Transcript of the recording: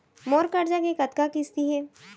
मोर करजा के कतका किस्ती हे?